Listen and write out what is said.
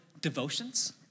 devotions